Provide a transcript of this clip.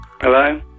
Hello